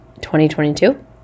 2022